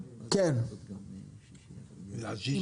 כדי שמי